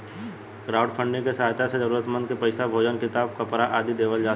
crowdfunding के सहायता से जरूरतमंद के पईसा, भोजन किताब, कपरा आदि देवल जा सकेला